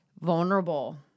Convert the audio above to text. vulnerable